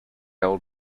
old